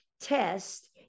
test